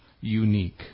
unique